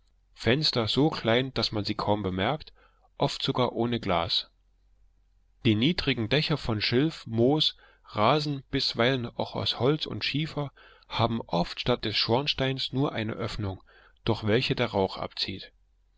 fenster so klein daß man sie kaum bemerkt oft sogar ohne glas die niedrigen dächer von schilf moos rasen bisweilen auch aus holz und schiefer haben oft statt des schornsteins nur eine öffnung durch welche der rauch abzieht